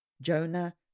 Jonah